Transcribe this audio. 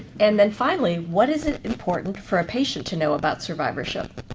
and then, finally, what is ah important for a patient to know about survivorship?